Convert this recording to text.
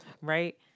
right